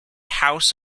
house